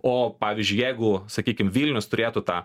o pavyzdžiui jeigu sakykim vilnius turėtų tą